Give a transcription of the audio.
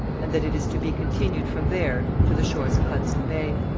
and that it is to be continued from there to the shores of hudson bay.